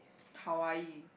Hawaii